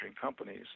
companies